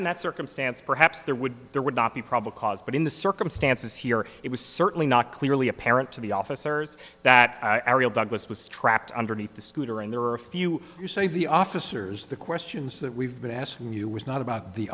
in that circumstance perhaps there would be there would not be probable cause but in the circumstances here it was certainly not clearly apparent to the officers that ariel douglas was trapped underneath the scooter and there are a few who say the officers the questions that we've been asking you was not about the